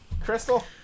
Crystal